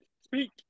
Speak